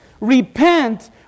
repent